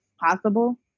possible